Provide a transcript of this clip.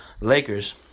Lakers